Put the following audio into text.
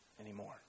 anymore